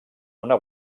una